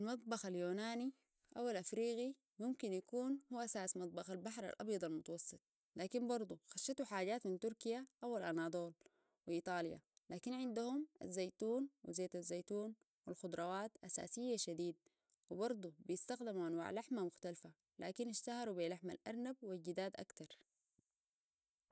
المطبخ اليوناني او الافريقي يمكن يكون هو اساس مطبخ البحر الابيض المتوسط لكن برضو خشتو حاجات من تركيا او الاناضول وايطاليا لكن عندهم الزيتون وزيت الزيتون والخضروات اساسية شديد وبرضو بيستخدموا انواع لحمة مختلفة لكن اشتهروا بلحمة الارنب والجداد اكتر